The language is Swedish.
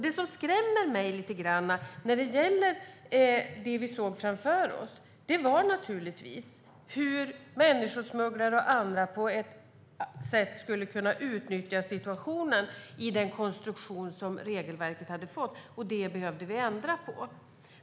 Det som skrämde mig lite grann i det vi såg framför oss var att människosmugglare och andra på ett sätt skulle kunna utnyttja situationen i den konstruktion som regelverket hade fått. Det behövde vi ändra på.